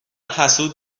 حسود